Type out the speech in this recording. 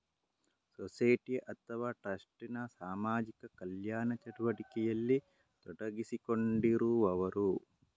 society ಅಥವಾ trust ನ ಸಾಮಾಜಿಕ ಕಲ್ಯಾಣ ಚಟುವಟಿಕೆಯಲ್ಲಿ ತೊಡಗಿಸಿಕೊಂಡಿರುವವರು